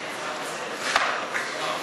המשותפת לסעיף 2 לא נתקבלה.